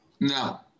No